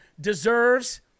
deserves